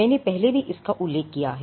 मैंने पहले भी इसका उल्लेख किया है